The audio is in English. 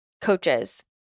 coaches